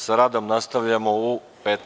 Sa radom nastavljamo u 15.